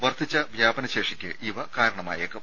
വർദ്ധിച്ച വ്യാപനശേഷിയ്ക്ക് ഇവ കാരണമായേക്കും